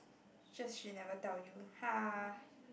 just she never tell you ha